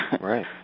Right